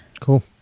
cool